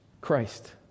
Christ